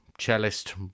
Cellist